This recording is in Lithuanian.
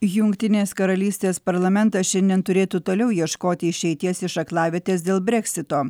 jungtinės karalystės parlamentas šiandien turėtų toliau ieškoti išeities iš aklavietės dėl breksito